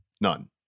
none